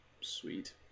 Sweet